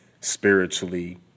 spiritually